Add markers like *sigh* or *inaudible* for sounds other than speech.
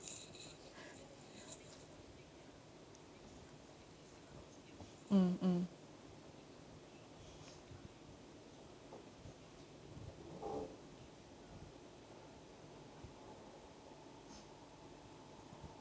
*breath* mm mm